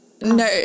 no